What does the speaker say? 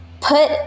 put